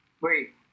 Wait